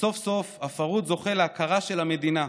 שסוף-סוף הפרהוד זוכה להכרה של המדינה,